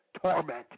torment